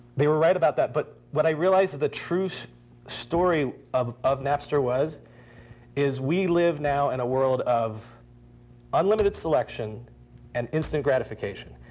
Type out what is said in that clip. they were right about that. but what i realized that the true story of of napster was is we live now in a world of unlimited selection and instant gratification.